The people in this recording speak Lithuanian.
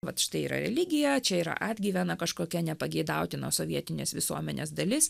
vat štai yra religija čia yra atgyvena kažkokia nepageidautinos sovietinės visuomenės dalis